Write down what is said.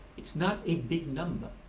it's not a big number.